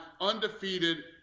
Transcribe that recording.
undefeated